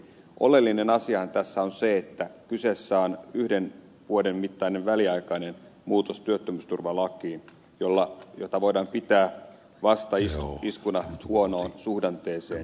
oleellinen asiahan tässä on se että kyseessä on työttömyysturvalakiin yhden vuoden mittainen väliaikainen muutos jota voidaan pitää vastaiskuna huonoon suhdanteeseen